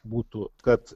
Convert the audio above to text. būtų kad